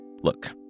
Look